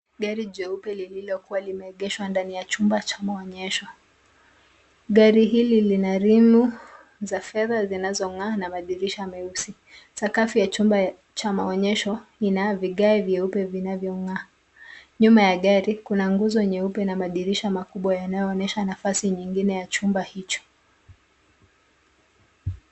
Gari jeupe lililokuwa limeegeshwa ndani ya chumba cha maonyesho. Gari hili lina rimu za fedha zinazong'aa na madirisha meusi. Sakafu ya chumba cha maonyesho ina vigae vyeupe vinavyong'aa. Nyuma ya gari kuna nguzo nyeupe na madirisha makubwa yanayoonyesha nafasi nyingine ya chumba hicho.